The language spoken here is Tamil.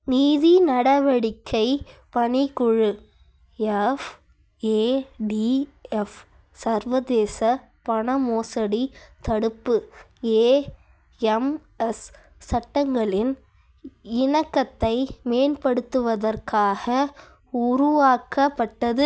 நிதி நடவடிக்கை பணிக்குழு எஃப்ஏடிஎஃப் சர்வதேச பணமோசடி தடுப்பு ஏஎம்எஸ் சட்டங்களின் இணக்கத்தை மேம்படுத்துவதற்காக உருவாக்கப்பட்டது